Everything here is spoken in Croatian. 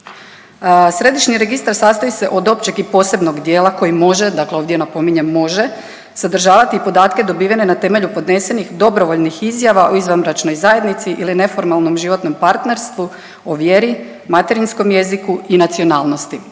Središnji registar sastoji se od općeg i posebnog dijela koji može, dakle ovdje napominjem može sadržavati i podatke dobivene na temelju podnesenih dobrovoljnih izjava o izvanbračnoj zajednici ili neformalnom životnom partnerstvu, o vjeri, materinjskom jeziku nacionalnosti.